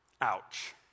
Ouch